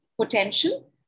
potential